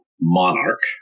Monarch